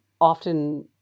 often